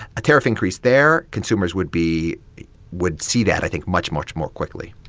a tariff increase there consumers would be would see that, i think, much, much more quickly